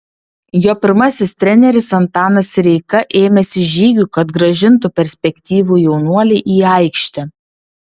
jo pirmasis treneris antanas sireika ėmėsi žygių kad grąžintų perspektyvų jaunuolį į aikštę